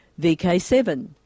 VK7